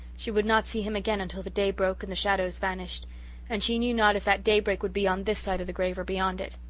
she would not see him again until the day broke and the shadows vanished and she knew not if that daybreak would be on this side of the grave or beyond it.